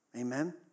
Amen